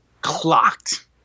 clocked